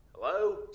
Hello